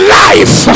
life